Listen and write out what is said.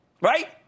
right